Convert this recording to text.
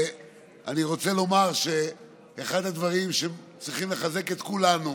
אני רוצה לומר שאחד הדברים שצריכים לחזק את כולנו